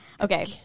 Okay